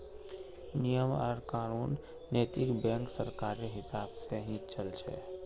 नियम आर कानून नैतिक बैंकत सरकारेर हिसाब से ही चल छ